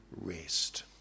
rest